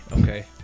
Okay